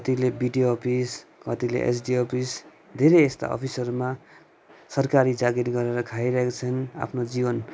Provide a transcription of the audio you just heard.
कतिले BDO office कतिले SDO office धेरै यस्ता अफिसहरूमा सरकारी जागिर गरेर खाइरहेका छन् आफ्नो जीवन